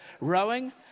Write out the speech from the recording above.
Rowing